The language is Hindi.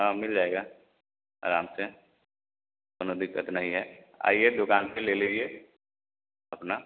हाँ मिल जाएगा आराम से कौनों दिक्कत नहीं है आइए दुकान पर ले लीजिए अपना